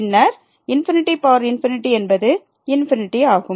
பின்னர் என்பது ஆகும்